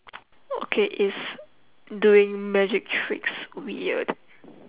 okay is doing magic tricks weird